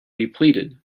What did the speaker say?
depleted